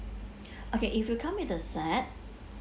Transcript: okay if you come in the set